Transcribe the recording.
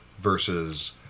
versus